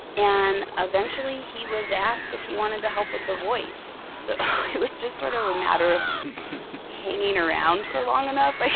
and eventually, he was asked if he wanted to help with the voice. so it was just sort of a matter of hanging around for long enough, like